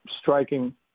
striking